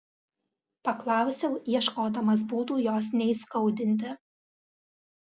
paklausiau ieškodamas būdų jos neįskaudinti